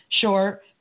Sure